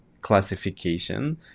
classification